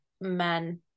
men